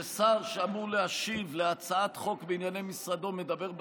שר שאמור להשיב להצעת חוק בענייני משרדו מדבר בטלפון,